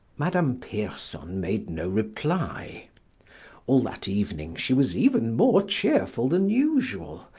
madame pierson made no reply all that evening she was even more cheerful than usual.